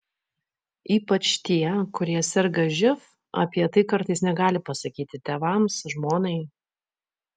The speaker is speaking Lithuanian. ypač tie kurie serga živ apie tai kartais negali pasakyti tėvams žmonai